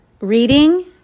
reading